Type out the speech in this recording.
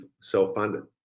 self-funded